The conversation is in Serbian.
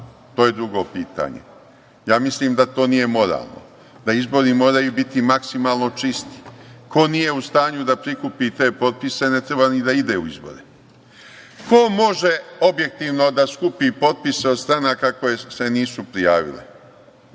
To je drugo pitanje. Ja mislim da to nije moralno i da izbori moraju biti maksimalno čisti. Ko nije u stanju da prikupi te potpise, ne treba ni da ide u izbore. Ko može objektivno da skupi potpise od stranaka koje se nisu prijavile?